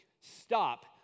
stop